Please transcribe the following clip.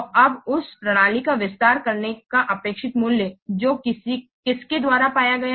तो अब उस प्रणाली का विस्तार करने का अपेक्षित मूल्य जो किसके द्वारा पाया गया